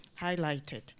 highlighted